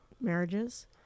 marriages